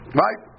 right